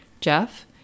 Jeff